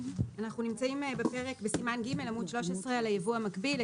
אנחנו נמצאים בסימן ג', עמוד 13, ליבוא המקביל.